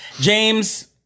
James